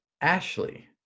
Ashley